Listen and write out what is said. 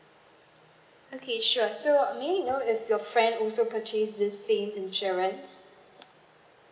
okay sure so um may I know if your friend also purchase this same insurance